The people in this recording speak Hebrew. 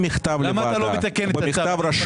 למה אתה לא מתקן את הצו?